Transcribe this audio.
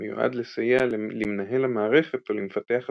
ומיועד לסייע למנהל המערכת או למפתח התוכנה,